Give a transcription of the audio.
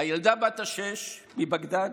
הילדה בת השש מבגדד,